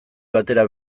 batera